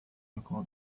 القادم